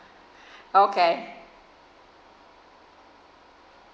okay